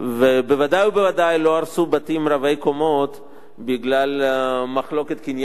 בוודאי ובוודאי לא הרסו בתים רבי-קומות בגלל מחלוקת קניינית.